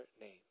name